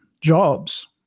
jobs